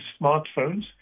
smartphones